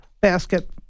basket